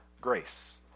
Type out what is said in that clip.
grace